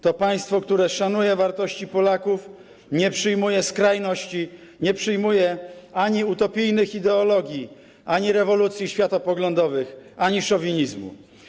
To państwo, które szanuje wartości Polaków, nie przyjmuje skrajności, nie przyjmuje ani utopijnych ideologii, ani rewolucji światopoglądowych, ani szowinizmu.